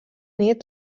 nit